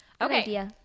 okay